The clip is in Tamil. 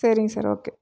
சரிங்க ஸார் ஓகே